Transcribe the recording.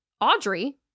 Audrey